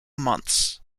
months